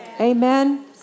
Amen